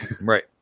Right